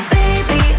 baby